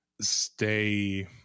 stay